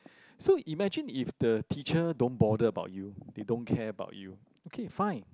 so imagine if the teacher don't bother about you they don't care about you okay fine